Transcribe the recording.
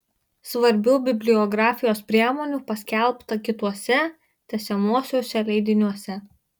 svarbių bibliografijos priemonių paskelbta kituose tęsiamuosiuose leidiniuose